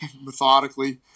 methodically